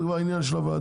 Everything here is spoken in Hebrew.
זה כבר עניין של הוועדה.